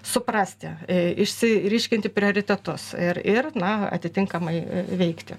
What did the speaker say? suprasti išsiryškinti prioritetus ir ir na atitinkamai veikti